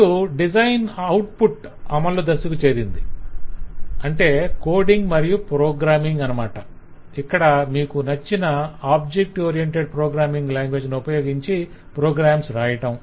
ఇప్పుడు design output అమలు దశకు చేరింది అంటే కోడింగ్ మరియ ప్రోగ్రామ్మింగ్ అనమాట ఇక్కడ మీకు నచ్చిన ఆబ్జెక్ట్ ఓరియంటెడ్ ప్రోగ్రామ్మింగ్ లాంగ్వేజ్ ని ఉపయోగించి ప్రోగ్రామ్స్ వ్రాయటం